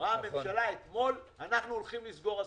אמרה הממשלה אתמול: אנחנו הולכים לסגור עסקים.